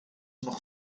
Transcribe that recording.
nog